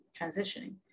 transitioning